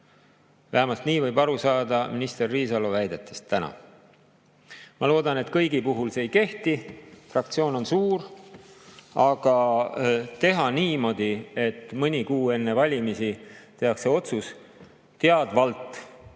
Vähemalt nii võib aru saada minister Riisalo tänastest väidetest. Ma loodan, et kõigi puhul see ei kehti, fraktsioon on suur. Aga teha niimoodi, et mõni kuu enne valimisi tehakse teadvalt